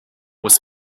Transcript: was